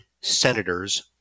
senator's